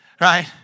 Right